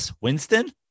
Winston